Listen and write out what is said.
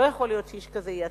לא יכול להיות שאיש כזה ייצג,